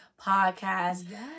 podcast